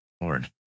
Lord